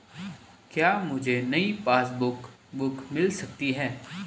क्या मुझे नयी पासबुक बुक मिल सकती है?